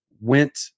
went